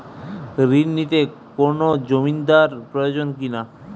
ঋণ নিতে কোনো জমিন্দার প্রয়োজন কি না?